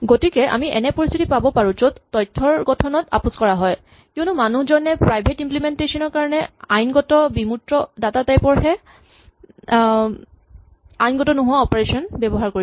গতিকে আমি এনে পৰিস্থিতি পাব পাৰিলোঁ য'ত তথ্যৰ গঠনত আপোচ কৰা হয় কিয়নো মানুহজনে প্ৰাইভেট ইম্লিমেন্টেচন ৰ কাৰণে আইনগত কিন্তু বিমূৰ্ত ডাটা টাইপ ৰ কাৰণে আইনগত নোহোৱা অপাৰেচন ব্যৱহাৰ কৰিছে